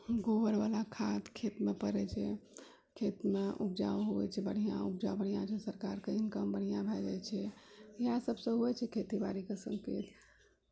गोबरवला खाद खेतमे पड़ै छै खेतमे उपजा होइ छै बढ़िआँ उपजा बढ़िआँ होइ छै तऽ सरकारके इनकम बढ़िआँ भऽ जाइ छै इएह सबसँ होइ छै खेती बाड़ीके सङ्केत